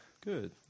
Good